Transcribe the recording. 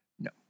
No